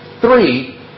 Three